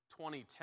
2010